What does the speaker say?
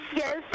yes